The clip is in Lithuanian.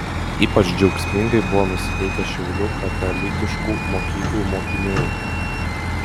ypač džiaugsmingai buvo nusiteikę šiaulių katalikiškų mokyklų mokiniai